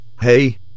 Hey